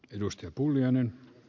arvoisa puhemies